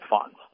funds